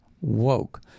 woke